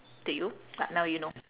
to you but now you know